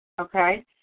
okay